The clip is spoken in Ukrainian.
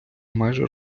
майже